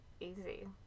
easy